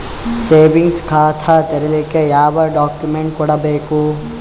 Savings ಖಾತಾ ತೇರಿಲಿಕ ಯಾವ ಡಾಕ್ಯುಮೆಂಟ್ ಕೊಡಬೇಕು?